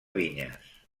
vinyes